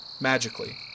magically